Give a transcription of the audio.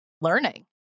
learning